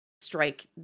strike